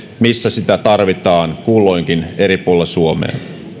missä sitä tarvitaan kulloinkin eri puolilla suomea